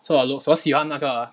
so for looks 我喜欢那个